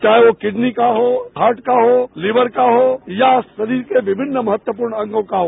चाहे वो किडनी का हो हार्ट का हो लीवर का हो या शरीर के विभिन्न महत्वपूर्ण अंगों का हो